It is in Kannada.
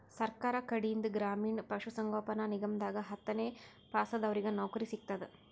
ಸರ್ಕಾರ್ ಕಡೀನ್ದ್ ಗ್ರಾಮೀಣ್ ಪಶುಸಂಗೋಪನಾ ನಿಗಮದಾಗ್ ಹತ್ತನೇ ಪಾಸಾದವ್ರಿಗ್ ನೌಕರಿ ಸಿಗ್ತದ್